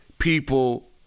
people